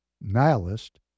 nihilist